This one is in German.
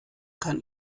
kann